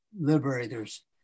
Liberators